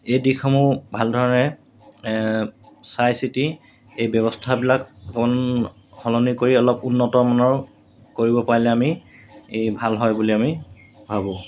এই দিশসমূহ ভালধৰণে চাই চিতি এই ব্যৱস্থাবিলাক অকণ সলনি কৰি অলপ উন্নতমানৰ কৰিব পাৰিলে আমি এই ভাল হয় বুলি আমি ভাবোঁ